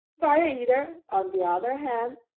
fire eater, on the other hand,